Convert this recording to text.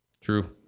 True